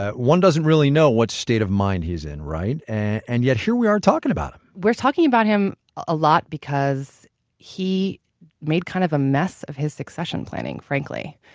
ah one doesn't really know what state of mind he's in, right? and yet here we are talking about him we're talking about him a lot because he made kind of a mess of his succession planning frankly.